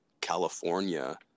California